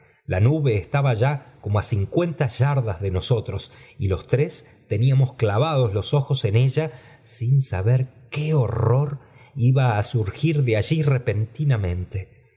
la nube estaba ya como a cincuenta yardas de nosotros los iré tenismos clavados los ojos en olla sin saber qué horror iba a surgir de allí repentinamente